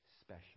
special